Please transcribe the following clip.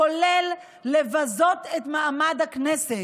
כולל לבזות את מעמד הכנסת.